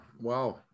Wow